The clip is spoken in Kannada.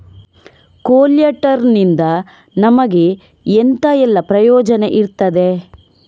ಕೊಲ್ಯಟರ್ ನಿಂದ ನಮಗೆ ಎಂತ ಎಲ್ಲಾ ಪ್ರಯೋಜನ ಇರ್ತದೆ?